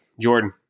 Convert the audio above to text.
Jordan